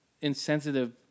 insensitive